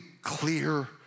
clear